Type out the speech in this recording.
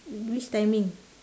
which timing